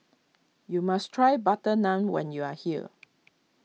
you must try Butter Naan when you are here